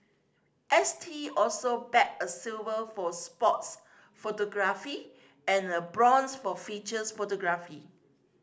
S T also bagged a silver for sports photography and a bronze for features photography